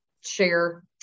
share